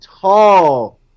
Tall